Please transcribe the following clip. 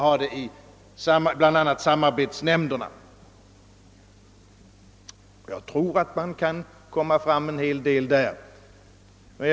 Jag tror att en hel del resultat kan åstadkommas på denna väg.